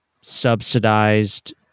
subsidized